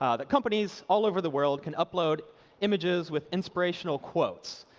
ah the companies all over the world can upload images with inspirational quotes.